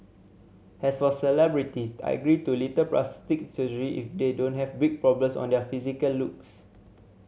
as for celebrities I agree to little plastic surgery if they don't have big problems on their physical looks